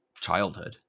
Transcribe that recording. childhood